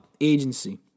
Agency